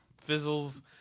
fizzles